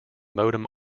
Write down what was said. modem